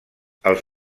els